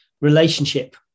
relationship